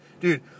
Dude